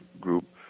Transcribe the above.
group